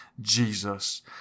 Jesus